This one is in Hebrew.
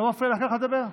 לא מפריע לך לדבר ככה?